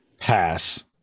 pass